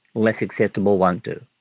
less acceptable won't do.